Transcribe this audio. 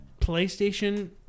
PlayStation